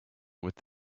with